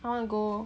I wanna go